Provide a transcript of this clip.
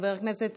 חבר הכנסת